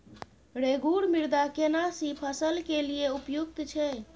रेगुर मृदा केना सी फसल के लिये उपयुक्त छै?